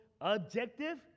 objective